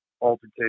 altercation